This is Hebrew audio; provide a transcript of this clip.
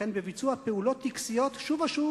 וכן בביצוע פעולות טקסיות שוב ושוב